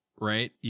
right